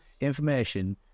information